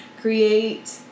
create